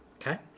okay